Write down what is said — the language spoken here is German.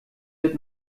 wird